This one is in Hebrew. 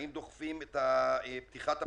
האם דוחפים את פתיחת הפיקדון?